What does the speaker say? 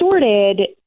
sorted